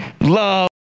love